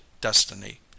destiny